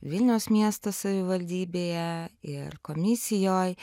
vilniaus miesto savivaldybėje ir komisijoj